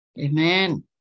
Amen